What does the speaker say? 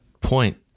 point